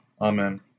Amen